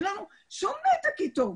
אין לנו שום נתק אתו.